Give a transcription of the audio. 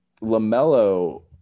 LaMelo